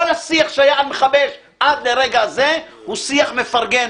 כל השיח שהיה על מכבי אש עד לרגע זה הוא שיח מפרגן.